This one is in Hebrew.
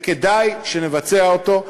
וכדאי שנבצע אותו.